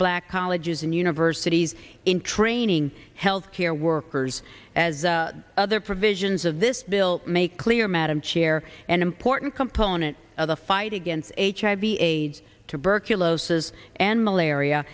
black colleges and universities in training health care workers as other provisions of this bill make clear madam chair an important component of the fight against hiv aids tuberculosis and malaria